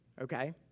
okay